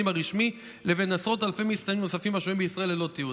הרשמי לבין עשרות אלפי מסתננים נוספים השוהים בישראל ללא תיעוד".